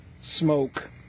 smoke